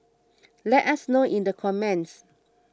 let us know in the comments